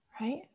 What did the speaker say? right